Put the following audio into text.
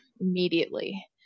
immediately